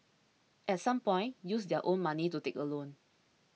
at some point use their own money to take a loan